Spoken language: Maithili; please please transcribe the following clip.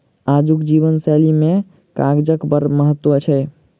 आजुक जीवन शैली मे कागजक बड़ महत्व छै